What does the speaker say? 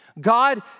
God